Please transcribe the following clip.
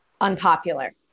unpopular